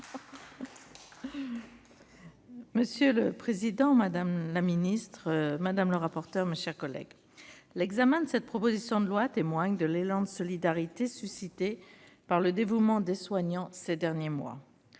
Monsieur le président, madame la ministre, mes chers collègues, l'examen de cette proposition de loi témoigne de l'élan de solidarité suscité par le dévouement des soignants ces derniers mois.